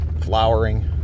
flowering